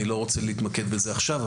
אני לא רוצה להתמקד בזה עכשיו,